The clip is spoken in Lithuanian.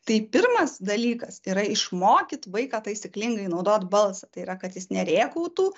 tai pirmas dalykas yra išmokyt vaiką taisyklingai naudot balsą tai yra kad jis nerėkautų